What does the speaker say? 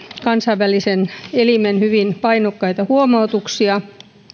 kansainvälisen elimen hyvin painokkaita huomautuksia